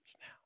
now